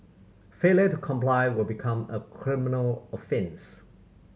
failure to comply will become a criminal offence